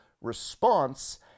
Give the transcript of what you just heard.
response